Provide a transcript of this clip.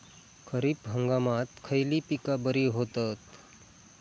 खरीप हंगामात खयली पीका बरी होतत?